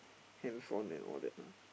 handphone and all that lah